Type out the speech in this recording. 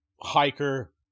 hiker